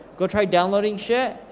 go try downloading shit,